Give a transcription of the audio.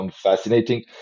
fascinating